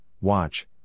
watch